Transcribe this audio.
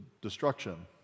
destruction